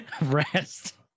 rest